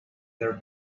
their